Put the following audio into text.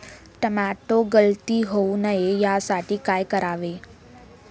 Tomato गळती होऊ नये यासाठी काय करावे?